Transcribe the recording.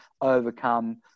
overcome